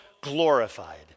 glorified